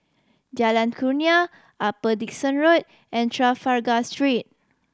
Jalan Kurnia Upper Dickson Road and Trafalgar Street